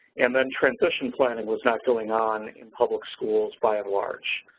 and then transition planning was not going on in public schools, by and large.